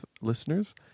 listeners